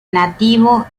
nativo